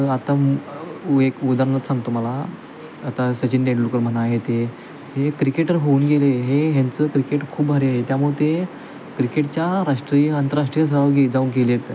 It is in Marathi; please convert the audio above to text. आता मी वेक उदाहरणच सांगतो मला आता सचिन तेंडुलकर म्हना हे ते हे क्रिकेटर होऊन गेले हे ह्यांचं क्रिकेट खूप भारी आहे त्यामुळे ते क्रिकेटच्या राष्ट्रीय आंतरराष्ट्रीय जाऊ गेले आहेत